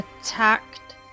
attacked